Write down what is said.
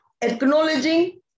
acknowledging